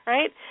Right